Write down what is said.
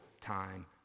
time